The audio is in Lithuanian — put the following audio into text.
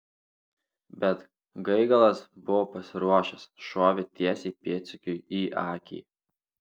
bet gaigalas buvo pasiruošęs šovė tiesiai pėdsekiui į akį